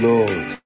Lord